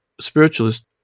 spiritualist